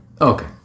Okay